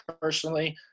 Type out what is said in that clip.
personally